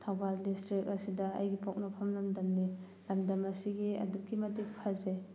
Thoubal district ꯑꯁꯤꯗ ꯑꯩꯒꯤ ꯄꯣꯛꯅꯐꯝ ꯂꯝꯗꯝꯅꯤ ꯂꯝꯗꯝ ꯑꯁꯤꯒꯤ ꯑꯗꯨꯛꯀꯤ ꯃꯇꯤꯛ ꯐꯖꯩ